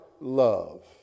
love